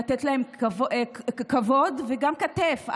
לתת להן כבוד וגם כתף,